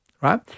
right